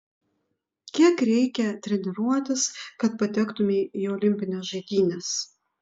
kiek reikia treniruotis kad patektumei į olimpines žaidynes